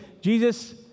Jesus